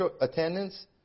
attendance